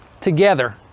together